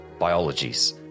biologies